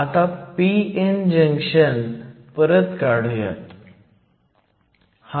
आता p n junction परत काढुयात